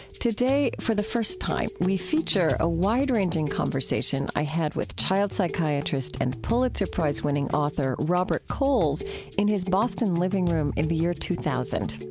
today, for the first time, we feature a wide-ranging conversation i had with child psychiatrist and pulitzer prize-winning author robert coles in his boston living room in the year two thousand.